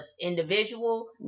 individual